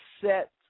set